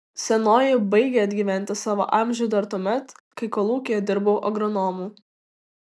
senoji baigė atgyventi savo amžių dar tuomet kai kolūkyje dirbau agronomu